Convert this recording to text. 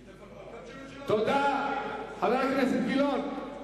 תודה, חבר הכנסת גילאון.